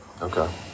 okay